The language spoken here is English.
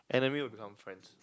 enemy will become friends